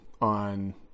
on